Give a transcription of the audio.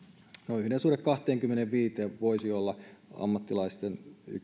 no yhden suhde kahteenkymmeneenviiteen voisi olla ammattilaisten